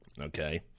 okay